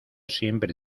siempre